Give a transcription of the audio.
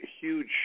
huge